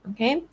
Okay